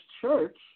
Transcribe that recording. Church